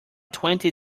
twenty